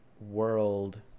world